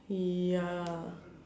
mm ya